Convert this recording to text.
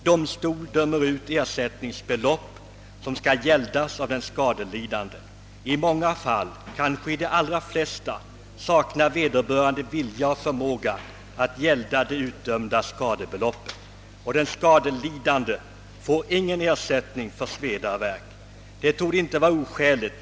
Domstolen dömer ut ersättningsbelopp som skall gäldas av den skadevållande, men i många fall — kanske de flesta — saknar han både vilja och förmåga att betala utdömt skadebelopp. Den skadelidande får då ingen ersättning för sveda och värk.